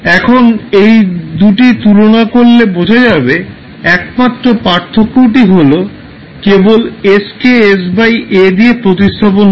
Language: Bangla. এখন এই দুটি তুলনা করলে বোঝা যাবে একমাত্র পার্থক্যটি হল কেবল s কে s a দিয়ে প্রতিস্থাপন করা